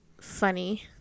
funny